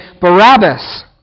Barabbas